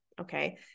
Okay